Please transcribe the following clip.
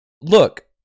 look